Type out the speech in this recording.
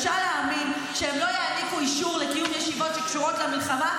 שהם לא יעניקו אישור לקיום ישיבות הקשורות למלחמה,